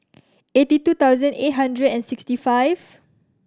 eighty two thousand eight hundred and sixty five